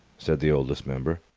said the oldest member.